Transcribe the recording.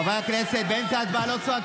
הינה הוא, חבר הכנסת קריב, באמצע הצבעה לא צועקים.